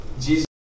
Jesus